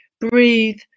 breathe